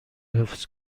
حفظ